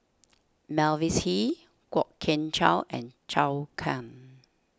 Mavis Hee Kwok Kian Chow and Zhou Can